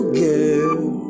girl